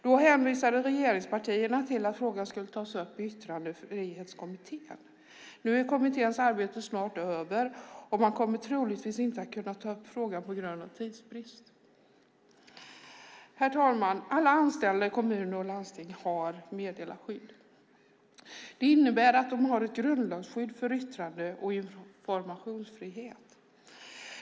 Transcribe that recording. Då hänvisade regeringspartierna till att frågan skulle tas i Yttrandefrihetskommittén. Nu är kommitténs arbete snart över, och man kommer troligtvis inte att kunna ta upp frågan på grund av tidsbrist. Herr talman! Alla anställda i kommuner och landsting har meddelarskydd. Det innebär att de har ett grundlagsskydd för yttrande och informationsfrihet.